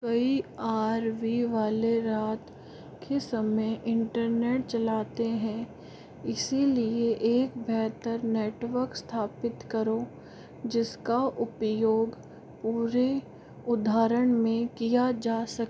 कई R V वाले रात के समय इंटरनेट चलाते हैं इसीलिए एक बेहतर नेटवर्क स्थापित करो जिसका उपयोग पूरे उदाहरण में किया जा सके